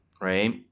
right